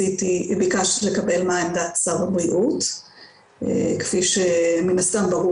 ביקשתי לקבל מה עמדת שר הבריאות כפי שמן הסתם ברור